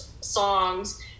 songs